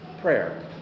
prayer